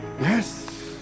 Yes